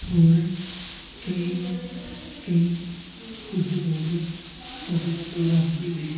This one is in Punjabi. ਹੋਰ ਕਈ ਕਈ ਕੁਝ ਲੋਕ ਫਸਲਾਂ ਤੋਂ ਰਾਖੀ ਲਈ